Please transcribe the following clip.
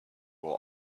will